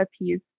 appease